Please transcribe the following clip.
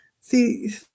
See